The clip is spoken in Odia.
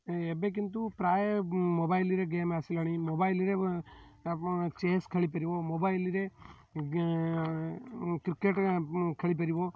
ଏବେ କିନ୍ତୁ ପ୍ରାୟ ମୋବାଇଲ୍ରେ ଗେମ୍ ଆସିଲାଣି ମୋବାଇଲ୍ରେ ଆପଣ ଚେସ୍ ଖେଳିପାରିବ ମୋବାଇଲ୍ରେ କ୍ରିକେଟ୍ ଖେଳିପାରିବ